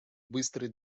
быстрый